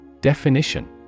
Definition